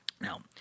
Now